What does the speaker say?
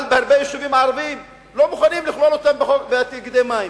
אבל הרבה יישובים ערביים לא מוכנים לכלול אותם בתאגידי מים,